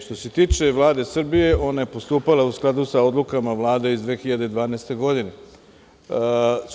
Što se tiče Vlade Srbije, ona je postupala u skladu sa odlukama Vlade iz 2012. godine.